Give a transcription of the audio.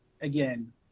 again